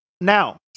now